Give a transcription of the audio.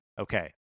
Okay